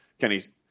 Kenny's